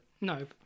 No